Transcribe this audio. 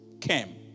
came